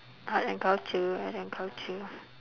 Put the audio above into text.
art and culture art and culture